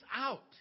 out